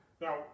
Now